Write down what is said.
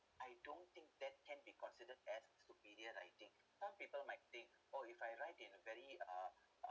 I don't think that can be considered as superior writing some people might think oh if I write in a very uh uh